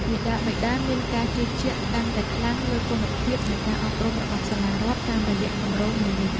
មាតាបិតាមានការជឿជាក់កាន់តែខ្លាំងលើគុណភាពនៃការអប់រំរបស់សាលារដ្ឋតាមរយៈគម្រោងមួយនេះ។